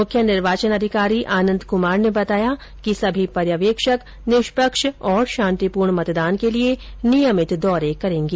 मुख्य निर्वाचन अधिकारी आनंद कुमार ने बताया कि सभी पर्यवेक्षक निष्पक्ष और शांतिपूर्ण मतदान के लिये नियमित दौरे करेंगे